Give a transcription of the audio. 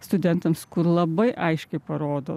studentams labai aiškiai parodo